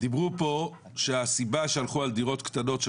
דיברו פה שהסיבה שהלכו על דירות קטנות של